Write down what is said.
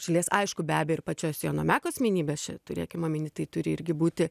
šalies aišku be abejo ir pačios jono meko asmenybės čia turėkim omeny tai turi irgi būti